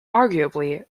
arguably